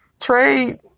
trade